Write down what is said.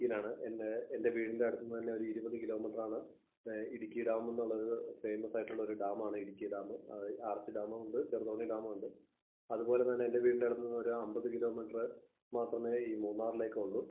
ഇടുക്കീലാണ് പിന്നെ എന്റെ വീടിന്റെ അടുത്തു നിന്ന് തന്നെ ഒരു ഇരുപത് കിലോമീറ്ററാണ് ഇടുക്കി ഡാം എന്നുള്ളത് ഫേമസായിട്ടുള്ള ഒരു ഡാമാണ് ഇടുക്കി ഡാം ആര്ച്ച് ഡാ കൊണ്ടു ചെറുതോണി ഡാം കൊണ്ട് അതുപോലെ തന്നെ എന്റെ വീടിന്റെ അടുത്ത് നിന്ന് ഒരു അമ്പത് കിലോമീറ്ററ് മാത്രമേ ഈ മൂന്നാറിലേക്ക് ഉള്ളൂ